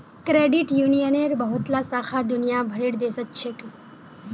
credit यूनियनेर बहुतला शाखा दुनिया भरेर देशत छेक